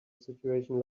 situation